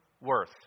worth